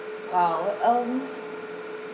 !wow! uh um